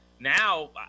Now